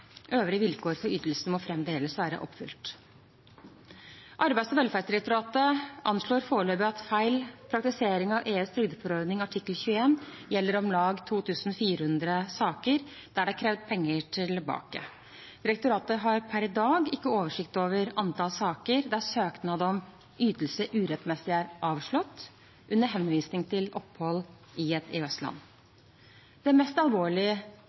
Øvrige vilkår for ytelsene må fremdeles være oppfylt. Arbeids- og velferdsdirektoratet anslår foreløpig at feil praktisering av EUs trygdeforordning artikkel 21 gjelder om lag 2 400 saker der det er krevd penger tilbake. Direktoratet har per i dag ikke oversikt over antall saker der søknad om ytelse urettmessig er avslått under henvisning til opphold i et EØS-land. Det mest alvorlige